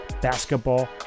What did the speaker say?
Basketball